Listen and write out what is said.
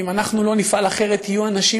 אם אנחנו לא נפעל אחרת יהיו אנשים